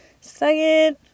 second